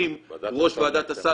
ראש ועדת הסל,